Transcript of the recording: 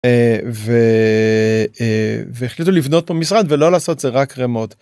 והחליטו לבנות פה משרד ולא לעשות זה רק רמונד.